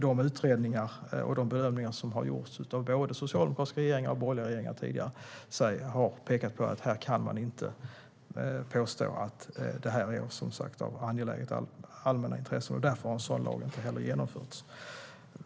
De utredningar och de bedömningar som har gjorts av både socialdemokratiska regeringar och borgerliga regeringar tidigare har pekat på att här kan man inte påstå att det är av angeläget allmänt intresse, och därför har en sådan lag inte heller genomförts.